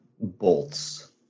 bolts